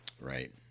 Right